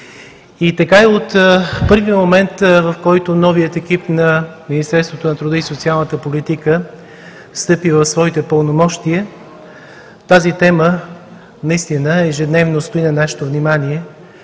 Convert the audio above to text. и така е от първия момент, в който новият екип на Министерството на труда и социалната политика встъпи в своите пълномощия. Тази тема наистина ежедневно стои на нашето внимание